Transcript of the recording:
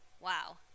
Wow